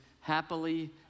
happily